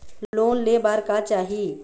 Loan ले बार का चाही?